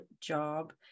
job